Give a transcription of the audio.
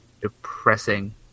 depressing